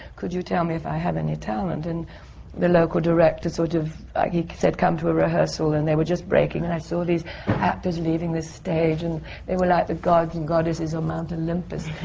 could you tell me if i have any talent? and the local director sort of said, come to a rehearsal, and they were just breaking, and i saw all these actors leaving the stage. and they were like the gods and goddesses of mount olympus.